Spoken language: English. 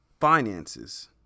finances